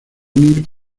unir